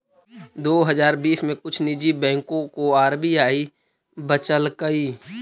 दो हजार बीस में कुछ निजी बैंकों को आर.बी.आई बचलकइ